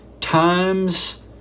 times